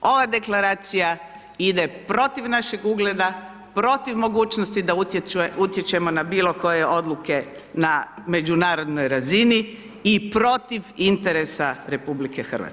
Ova deklaracija ide protiv našeg ugleda, protiv mogućnosti da utječemo na bilo koje odluke na međunarodnoj razini i protiv interesa RH.